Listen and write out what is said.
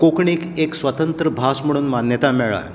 कोंकणीक एक स्वतंत्र भास म्हणून मान्यताय मेळ्ळा